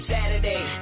Saturday